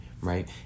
right